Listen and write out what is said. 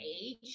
age